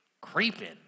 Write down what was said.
Creeping